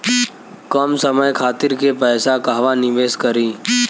कम समय खातिर के पैसा कहवा निवेश करि?